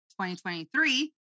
2023